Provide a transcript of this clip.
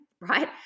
right